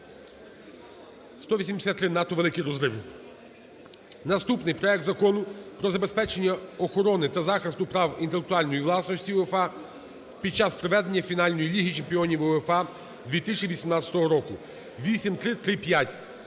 За-183 Надто великий розрив. Наступний. Проект Закону про забезпечення охорони та захисту прав інтелектуальної власності УЄФА під час проведення фінальної Ліги Чемпіонів УЄФА 2018 року (8335).